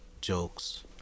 jokes